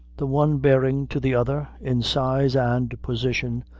the one bearing to the other, in size and position,